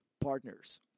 partners